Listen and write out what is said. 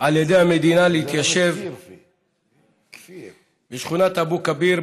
על ידי המדינה להתיישב בשכונת אבו כביר,